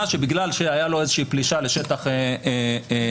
שבגלל שהייתה לו איזושהי פלישה לשטח ציבורי,